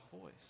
voice